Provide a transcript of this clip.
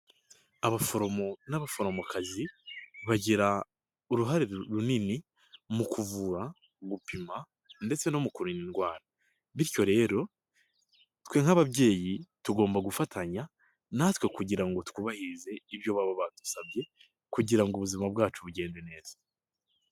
Abaforomo n'abaforomokazi bagira uruhare runini mu kuvura, gupima, ndetse no mu kurinda indwara. Bityo rero twe nk'ababyeyi, tugomba gufatanya natwe kugira ngo twubahirize ibyo baba badusabye kugira ngo ubuzima bwacu bugende neza.